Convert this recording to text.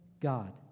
God